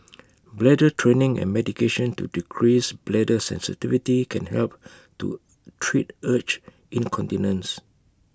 bladder training and medication to decrease bladder sensitivity can help to treat urge incontinence